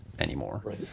anymore